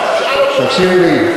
תקשיב לי,